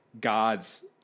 God's